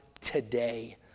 today